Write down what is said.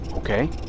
Okay